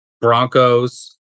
Broncos